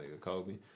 Kobe